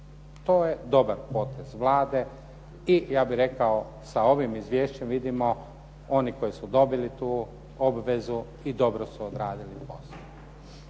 To je dobar potez Vlade i ja bih rekao sa ovim izvješćem vidimo oni koji su dobili tu obvezu i dobro su odradili posao